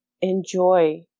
enjoy